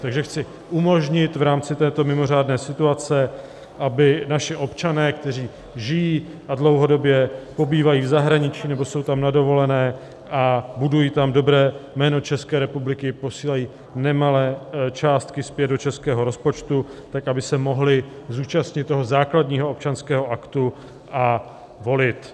Takže chci umožnit v rámci této mimořádné situace, aby naši občané, kteří žijí a dlouhodobě pobývají v zahraničí, nebo jsou tam na dovolené a budují tam dobré jméno České republiky, posílají nemalé částky zpět do českého rozpočtu, aby se mohli zúčastnit základního občanského aktu a volit.